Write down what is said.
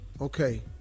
okay